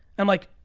i'm like,